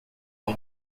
não